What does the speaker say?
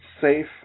safe